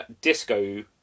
disco